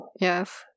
Yes